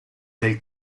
del